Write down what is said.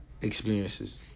experiences